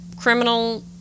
criminal